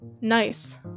Nice